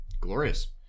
Glorious